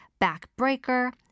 backbreaker